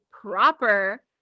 proper